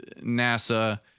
NASA